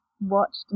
watched